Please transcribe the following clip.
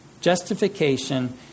Justification